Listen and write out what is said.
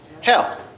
Hell